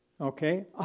Okay